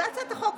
זו הצעת החוק.